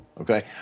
okay